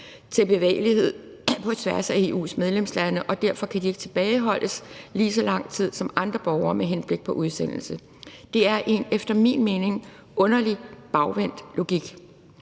fri bevægelighed på tværs af EU's medlemslande, og derfor kan de ikke tilbageholdes lige så lang tid som andre borgere med henblik på udsendelse. Det er en efter min mening underlig bagvendt logik.